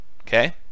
Okay